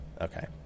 Okay